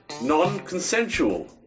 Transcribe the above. non-consensual